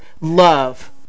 love